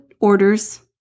orders